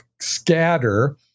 scatter